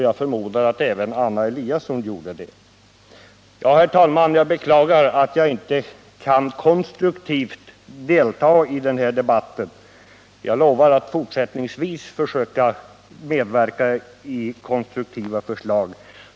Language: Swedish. Jag förmodar att även Anna Eliasson gjorde det. Herr talman! Jag beklagar att jag inte kunde konstruktivt delta i den här debatten. Jag lovar att fortsättningsvis försöka medverka i konstruktiva förslag.